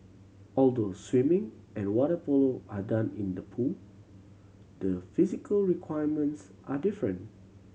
although swimming and water polo are done in the pool the physical requirements are different